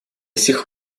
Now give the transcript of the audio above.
сих